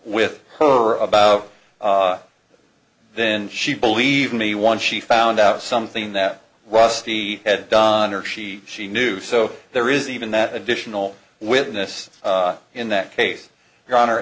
with her about then she believed me once she found out something that rusty had done or she she knew so there is even that additional witness in that case your hon